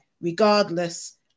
regardless